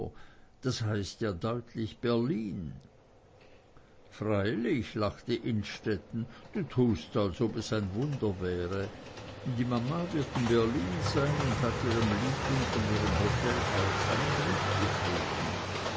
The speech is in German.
das heißt ja deutlich berlin freilich lachte innstetten du tust als ob es ein wunder wäre die mama wird in berlin sein und hat ihrem liebling von ihrem hotel aus einen brief geschrieben